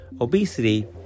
obesity